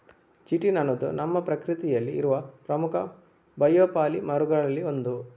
chitin ಅನ್ನುದು ನಮ್ಮ ಪ್ರಕೃತಿಯಲ್ಲಿ ಇರುವ ಪ್ರಮುಖ ಬಯೋಪಾಲಿಮರುಗಳಲ್ಲಿ ಒಂದು